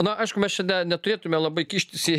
na aišku mes čia neturėtume labai kištis į